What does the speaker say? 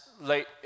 late